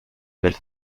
belles